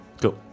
Cool